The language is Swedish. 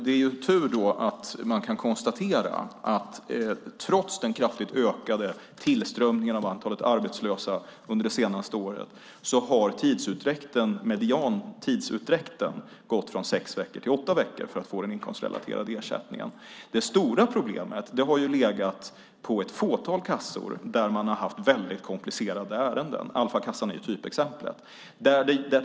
Det är tur att man kan konstatera att trots den kraftigt ökade tillströmningen av antalet arbetslösa under det senaste året har mediantidsutdräkten för att få den inkomstrelaterade ersättningen bara ökat från sex veckor till åtta veckor. Det stora problemet har legat på ett fåtal kassor där man har haft väldigt komplicerade ärenden - Alfakassan är typexemplet.